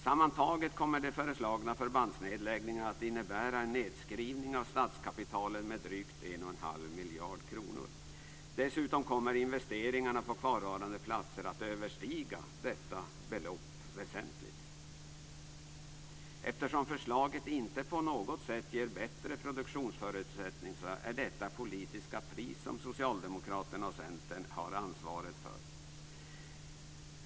Sammantaget kommer de föreslagna förbandsnedläggningarna att innebära en nedskrivning av statskapitalet med drygt 1,5 miljarder kronor. Dessutom kommer investeringarna på kvarvarande platser att väsentligt överstiga detta belopp. Eftersom förslaget inte på något sätt ger bättre produktionsförutsättningar är detta det politiska pris som Socialdemokraterna och Centern har ansvaret för.